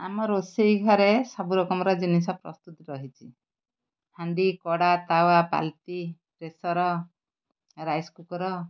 ଆମ ରୋଷେଇ ଘରେ ସବୁ ରକମର ଜିନିଷ ପ୍ରସ୍ତୁତି ରହିଛି ହାଣ୍ଡି କଡ଼ା ତାୱା ବାଲ୍ଟି ପ୍ରେସର୍ ରାଇସ୍ କୁକର୍